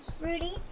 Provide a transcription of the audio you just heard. Rudy